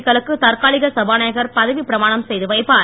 க்களுக்கு தற்காலிக சபாநாயகர் பதவி பிரமாணம் செய்து வைப்பார்